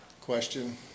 question